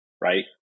right